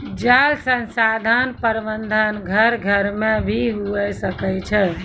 जल संसाधन प्रबंधन घर घर मे भी हुवै सकै छै